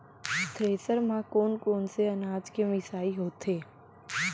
Thresher म कोन कोन से अनाज के मिसाई होथे?